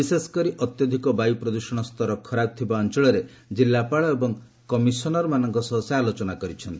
ବିଶେଷକରି ଅତ୍ୟଧିକ ବାୟୁପ୍ରଦୃଷଣ ସ୍ତର ଖରାପ ଥିବା ଅଞ୍ଚଳରେ ଜିଲ୍ଲାପାଳ ଏବଂ କମିଶନରମାନଙ୍କ ସହ ସେ ଆଲୋଚନା କରିଛନ୍ତି